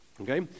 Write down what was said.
Okay